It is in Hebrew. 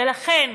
ולכן,